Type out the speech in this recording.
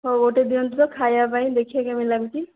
ହେଉ ଗୋଟିଏ ଦିଅନ୍ତୁ ତ ଖାଇବା ପାଇଁ ଦେଖିବା କେମିତି ଲାଗୁଛି